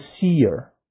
seer